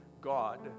God